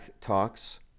talks